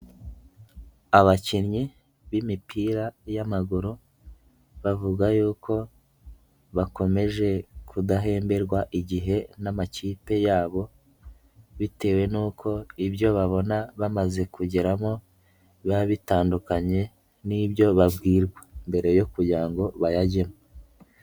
Abakinnyi b'imipira y'amaguru bavuga yuko bakomeje kudahemberwa igihe n'amakipe yabo bitewe n'uko ibyo babona bamaze kugeramo biba bitandukanye n'ibyo babwirwa mbere yo kugira ngo bayajyemo.